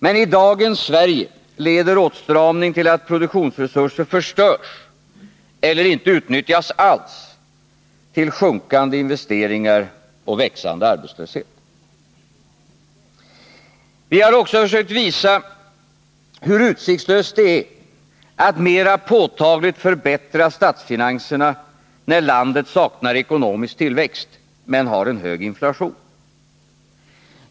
Men i dagens Sverige leder åtstramning till att produktionsresurser förstörs eller inte utnyttjas alls, till sjunkande investeringar och växande arbetslöshet. Vi har också försökt att visa hur utsiktslöst det är att mera påtagligt förbättra statsfinanserna när landet saknar ekonomisk tillväxt men har hög inflation.